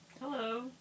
Hello